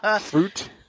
fruit